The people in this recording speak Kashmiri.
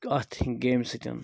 اَتھ گیمہِ سۭتۍ